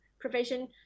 provision